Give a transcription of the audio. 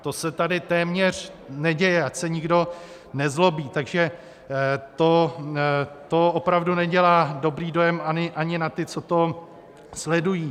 To se tady téměř neděje, ať se nikdo nezlobí, takže to opravdu nedělá dobrý dojem ani na ty, co to sledují.